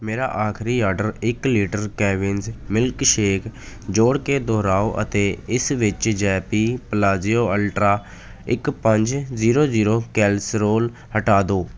ਮੇਰਾ ਆਖਰੀ ਆਰਡਰ ਇੱਕ ਲੀਟਰ ਕੈਵਿਨਜ਼ ਮਿਲਕਸ਼ੇਕ ਜੋੜ ਕੇ ਦੁਹਰਾਓ ਅਤੇ ਇਸ ਵਿੱਚ ਜੈਪੀ ਪਲਾਜ਼ਿਓ ਅਲਟਰਾ ਇੱਕ ਪੰਜ ਜੀਰੋ ਜੀਰੋ ਕੈਸੇਰੋਲ ਹਟਾ ਦੋ